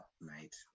mate